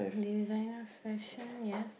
designer fashion yes